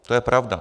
To je pravda.